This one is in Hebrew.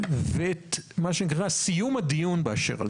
זה לא קורה בבני אדם.